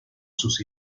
sus